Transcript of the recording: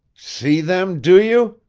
see them, do you?